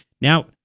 Now